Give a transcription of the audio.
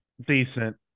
Decent